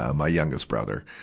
ah my youngest brother.